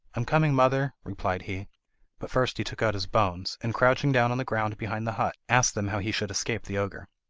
am coming, mother replied he but first he took out his bones, and, crouching down on the ground behind the hut, asked them how he should escape the ogre.